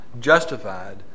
justified